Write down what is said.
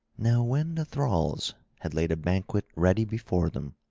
now when the thralls had laid a banquet ready before them,